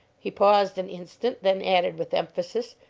he paused an instant, then added with emphasis,